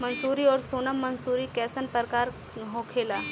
मंसूरी और सोनम मंसूरी कैसन प्रकार होखे ला?